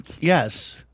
Yes